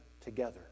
together